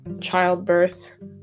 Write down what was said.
childbirth